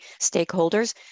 stakeholders